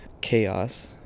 chaos